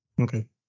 Okay